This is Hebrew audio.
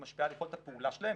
היא משפיעה על יכולת הפעולה שלהם,